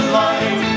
light